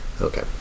okay